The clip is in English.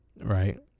right